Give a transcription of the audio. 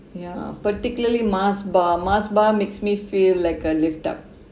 ya particularly mars bar mars bar makes me feel like a lift up